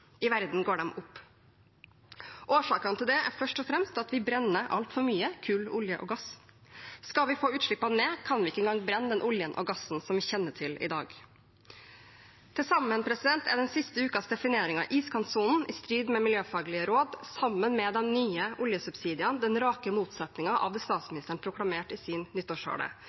I resten verden går de opp. Årsakene til det er først og fremst at vi brenner altfor mye kull, olje og gass. Skal vi få utslippene ned, kan vi ikke engang brenne den oljen og gassen som vi kjenner til i dag. Den siste ukens definering av at iskantsonen er i strid med miljøfaglige råd sammen med de nye oljesubsidiene er den rake motsetningen av det statsministeren proklamerte i sin